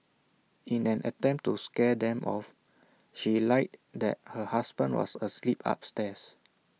in an attempt to scare them off she lied that her husband was asleep upstairs